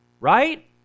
right